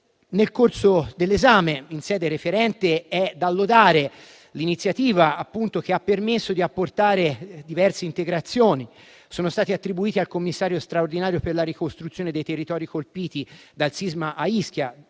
Nel corso dell'esame in sede referente è da lodare un'iniziativa che ha permesso di apportare diverse integrazioni. Sono stati attribuiti al Commissario straordinario per la ricostruzione dei territori colpiti dal sisma a Ischia